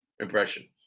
impression